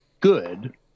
good